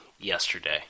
yesterday